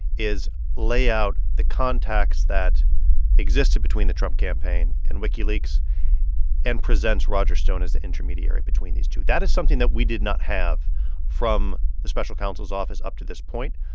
is lay out the contacts that existed between the trump campaign and wikileaks and presents roger stone as the intermediary between these two. that is something that we did not have from the special counsel's office up to this point.